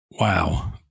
Wow